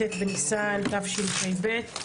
ט' בניסן תשפ"ב.